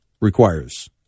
requires